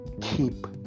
keep